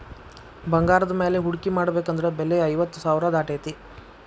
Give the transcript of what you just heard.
ಬಂಗಾರದ ಮ್ಯಾಲೆ ಹೂಡ್ಕಿ ಮಾಡ್ಬೆಕಂದ್ರ ಬೆಲೆ ಐವತ್ತ್ ಸಾವ್ರಾ ದಾಟೇತಿ